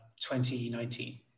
2019